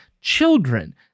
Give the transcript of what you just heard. children